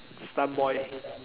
slum boy